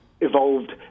evolved